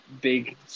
big